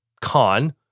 con